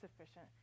sufficient